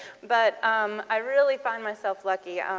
but um i really find myself lucky.